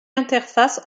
interface